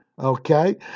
Okay